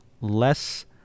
less